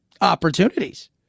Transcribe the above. Opportunities